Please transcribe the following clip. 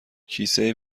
کیسه